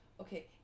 Okay